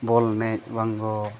ᱵᱚᱞ ᱮᱱᱮᱡ ᱵᱟᱝ ᱫᱚ